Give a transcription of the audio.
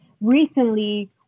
recently